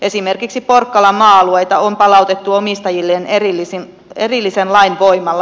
esimerkiksi porkkalan maa alueita on palautettu omistajilleen erillisen lain voimalla